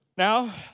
Now